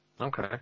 Okay